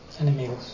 Enemigos